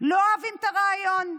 לא אוהבים את הרעיון,